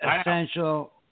essential